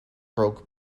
broke